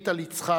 שנית על יצחק,